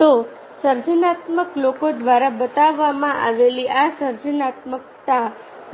તો સર્જનાત્મક લોકો દ્વારા બતાવવામાં આવેલી આ સર્જનાત્મકતા